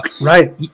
right